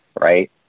Right